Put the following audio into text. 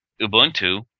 Ubuntu